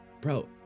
Bro